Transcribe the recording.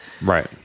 Right